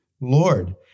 Lord